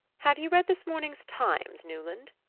have you read this morning's times, newland?